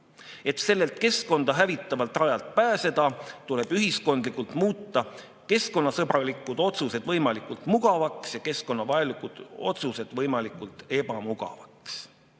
Et sellelt keskkonda hävitavalt rajalt pääseda, tuleb ühiskondlikult muuta keskkonnasõbralikud otsused võimalikult mugavaks ja keskkonnavaenulikud otsused võimalikult ebamugavaks."